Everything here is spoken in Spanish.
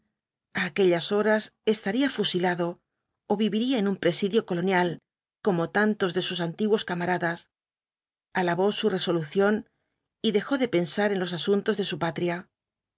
aquellas horas estaría fusilado ó viviría en un presidio colonial como tantos de sus antiguos camaradas alabó su resolución y dejó de pensar en los asuntos de su patria